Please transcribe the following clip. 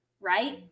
Right